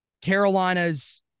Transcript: Carolina's